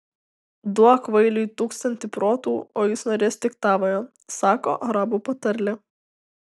duok kvailiui tūkstantį protų o jis norės tik tavojo sako arabų patarlė